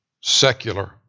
secular